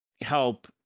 help